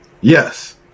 Yes